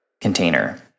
container